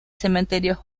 cementerio